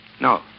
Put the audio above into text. No